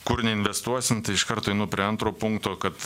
kur neinvestuosim tai iš karto einu prie antro punkto kad